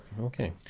Okay